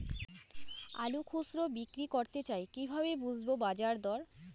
আলু খুচরো বিক্রি করতে চাই কিভাবে বুঝবো বাজার দর?